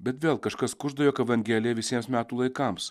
bet vėl kažkas kužda jog evangelija visiems metų laikams